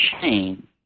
shame